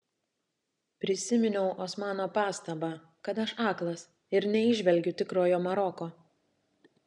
prisiminiau osmano pastabą kad aš aklas ir neįžvelgiu tikrojo maroko